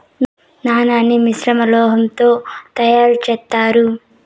నాణాన్ని మిశ్రమ లోహం తో తయారు చేత్తారు